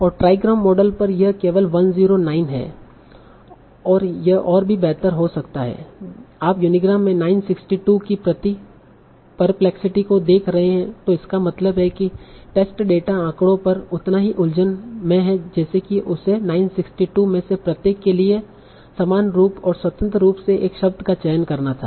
और trigram model पर यह यह केवल 109 है यह ओर भी बेहतर हो जाता है आप यूनिग्राम में 962 की प्रति परप्लेक्सिटी को देख रहे हैं तों इसका मतलब है कि टेस्ट डेटा आंकड़ों पर उतना ही उलझन में है जैसे कि उसे 962 में से प्रत्येक के लिए समान रूप और स्वतंत्र रूप से एक शब्द का चयन करना था